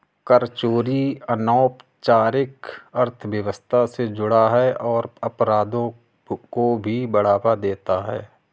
कर चोरी अनौपचारिक अर्थव्यवस्था से जुड़ा है और अपराधों को भी बढ़ावा देता है